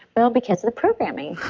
well, because of the programming